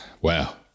Wow